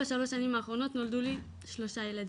בשלוש השנים האחרונות נולדו לי שלושה ילדים.